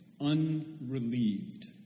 unrelieved